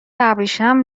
ابریشم